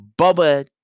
Bubba